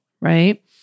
right